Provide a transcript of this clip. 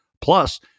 plus